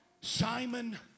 Simon